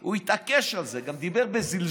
הוא התעקש על זה, גם דיבר בזלזול.